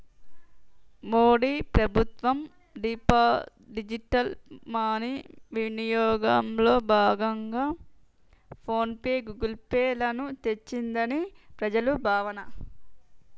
మోడీ ప్రభుత్వం digital money వినియోగంలో భాగంగా ఫోన్ పే, గూగుల్ పే లను తెచ్చిందని ప్రజల భావన